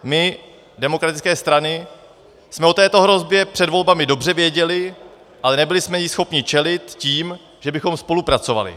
My, demokratické strany, jsme o této hrozbě před volbami dobře věděly, ale nebyly jsme jí schopny čelit tím, že bychom spolupracovaly.